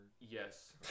Yes